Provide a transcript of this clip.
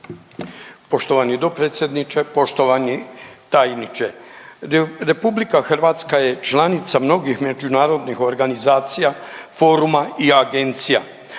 Poštovani dopredsjedniče, poštovani tajniče, RH je članica mnogih međunarodnih organizacija, foruma i agencija.